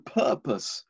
purpose